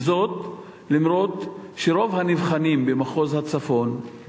אף שרוב הנבחנים במחוז הצפון,